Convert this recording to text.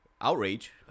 Outrage